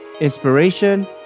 inspiration